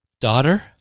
Daughter